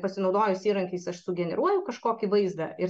pasinaudojus įrankiais aš sugeneruoju kažkokį vaizdą ir